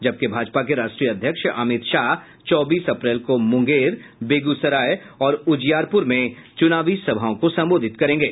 जबकि भाजपा के राष्ट्रीय अध्यक्ष अमित शाह चौबीस अप्रैल को मुंगेर बेगूसराय और उजियारपुर में चुनावी सभाओं को संबोधित करेंगे